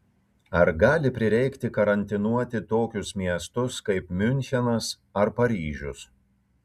ar gali prireikti karantinuoti tokius miestus kaip miunchenas ar paryžius